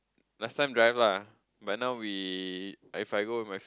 last time drive lah but now we if I go with my